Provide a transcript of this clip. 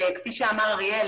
כפי שאמר אריאל,